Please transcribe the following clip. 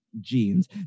Jeans